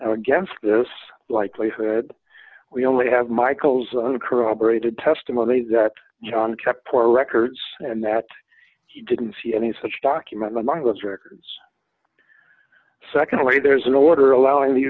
t against this likelihood we only have michael's uncorroborated testimony that john kept records and that he didn't see any such document among those records secondly there's an order allowing the